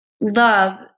love